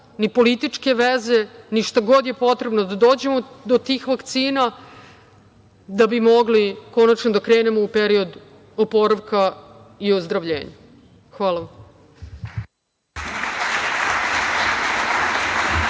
ni političke veze, ni šta god je potrebno da dođemo do tih vakcina da bi mogli konačno da krenemo u period oporavka i ozdravljenja. Hvala vam.